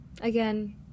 Again